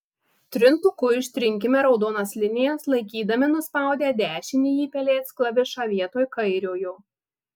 trintuku ištrinkime raudonas linijas laikydami nuspaudę dešinįjį pelės klavišą vietoj kairiojo